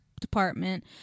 Department